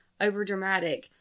overdramatic